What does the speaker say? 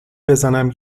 بزنم